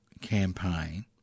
campaign